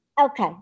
Okay